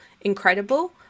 incredible